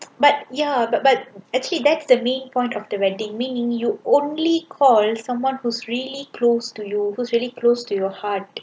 but ya but but actually that's the main point of the wedding meaning you only call someone who's really close to you who's really close to your heart